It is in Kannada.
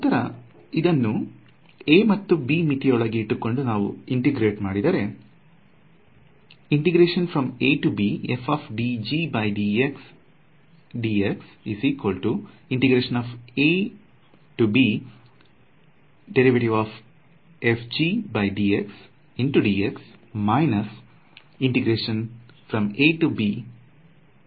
ನಂತರ ಇದನ್ನು a ಮತ್ತು b ಮಿತಿಗಳನ್ನು ಇಟ್ಟುಕೊಂಡು ಇಂಟೆಗ್ರೇಟ್ ಮಾಡಿದರೆ ಸಿಗುತ್ತದೆ